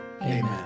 Amen